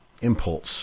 impulse